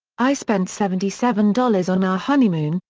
i spent seventy seven dollars on our honeymoon,